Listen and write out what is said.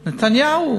נתניהו.